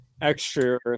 extra